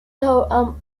stockholm